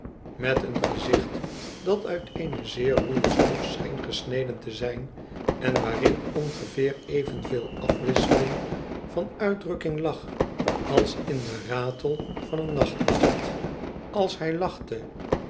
met een gezicht dat uit eene zeer ruwe stof scheen gesneden te zijn en waarin ongeveer evenveel afwisseling van uitdrukking lag als in den ratel van een nachtwacht als hij lachte